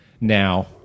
now